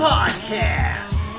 Podcast